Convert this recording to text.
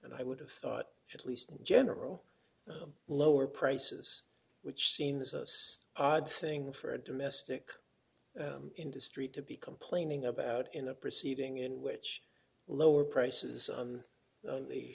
than i would have thought at least in general lower prices which seems us odd thing for a domestic industry to be complaining about in a proceeding in which lower prices on